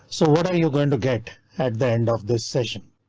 so what are you going to get at the end of this session?